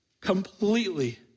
completely